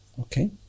Okay